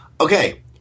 Okay